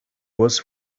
was